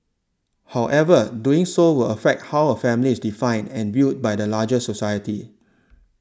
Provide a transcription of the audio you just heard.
however doing so will affect how a family is defined and viewed by the larger society